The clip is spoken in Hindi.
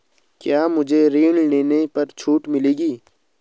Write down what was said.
क्या मुझे ऋण लेने पर छूट मिलेगी?